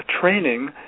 training